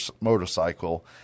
motorcycle